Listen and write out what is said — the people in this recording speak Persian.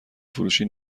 فروشی